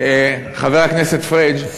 חבר הכנסת פריג',